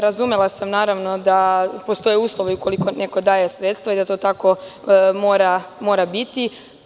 Razumela sam naravno da postoje uslovi, ukoliko neko daje sredstva, da to tako mora biti.